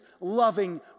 loving